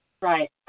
Right